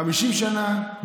50 שנה,